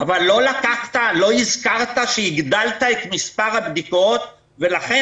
אבל לא הזכרת שהגדלת את מספר הבדיקות ולכן